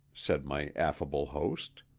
said my affable host,